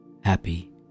happy